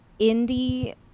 indie